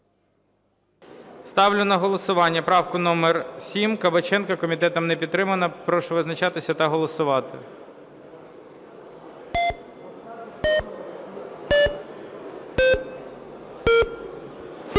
Ставлю на голосування правку номер 7 Кабаченка, комітетом не підтримана. Прошу визначатися та голосувати. 11:22:43